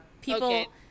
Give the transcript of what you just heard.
People